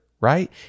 right